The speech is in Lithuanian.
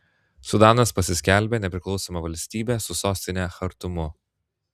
sudanas pasiskelbė nepriklausoma valstybe su sostine chartumu